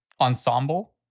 ensemble